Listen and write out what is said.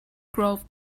grove